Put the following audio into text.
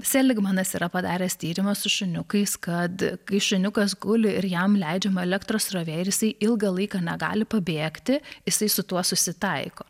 seligmanas yra padaręs tyrimą su šuniukais kad kai šuniukas guli ir jam leidžiama elektros srovė ir jisai ilgą laiką negali pabėgti jisai su tuo susitaiko